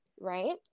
right